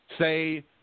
Say